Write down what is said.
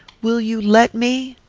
will you let me?